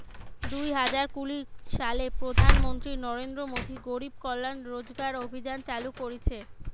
দুই হাজার কুড়ি সালে প্রধান মন্ত্রী নরেন্দ্র মোদী গরিব কল্যাণ রোজগার অভিযান চালু করিছে